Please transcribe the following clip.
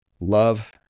Love